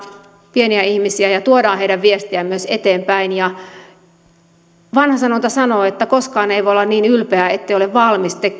pieniä ihmisiä ja tuodaan heidän viestiään myös eteenpäin vanha sanonta sanoo että koskaan ei voi olla niin ylpeä ettei ole valmis